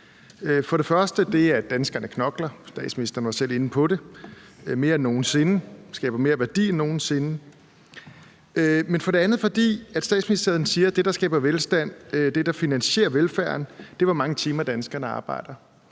knokler mere end nogen sinde – statsministeren var selv inde på det – og skaber mere værdi end nogen sinde, og det gør de for det andet, fordi statsministeren siger, at det, der skaber velstand, og det, der finansierer velfærden, er, hvor mange timer danskerne arbejder,